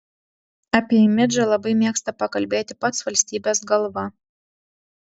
apie imidžą labai mėgsta pakalbėti pats valstybės galva